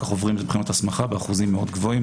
כך עוברים את בחינות ההסמכה באחוזים מאוד גבוהים,